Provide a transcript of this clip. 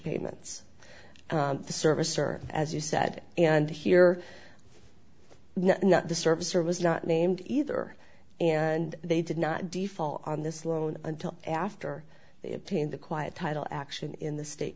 payments service or as you said and here not the service or was not named either and they did not default on this loan until after obtain the quiet title action in the state